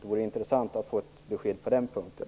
Det vore intressant att få ett besked på den punkten.